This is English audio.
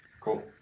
Cool